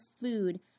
food